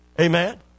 Amen